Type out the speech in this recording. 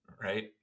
right